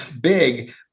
big